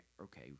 okay